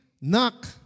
knock